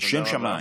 לשם שמיים,